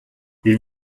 ils